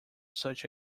such